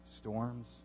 storms